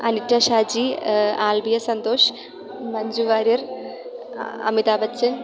Alita Shaji Albia Santosh Manju Warrier Amitabh Bachchan